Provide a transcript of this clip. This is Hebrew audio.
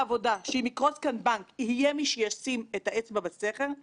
ככלים שלובים ואינה מעודדת רגולציה עצמית.